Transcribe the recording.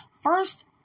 First